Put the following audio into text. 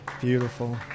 Beautiful